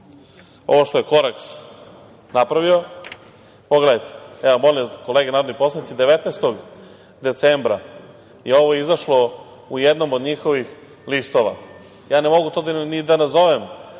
ovo što je Koraks napravio. Pogledajte, molim vas kolege narodni poslanici, 19. decembra je ovo izašlo u jednom od njihovih listova. Ja ne mogu to ni da nazovem